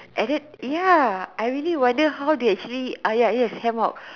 and then ya actually I wonder how they ya hammock